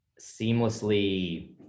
seamlessly